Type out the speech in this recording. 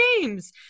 games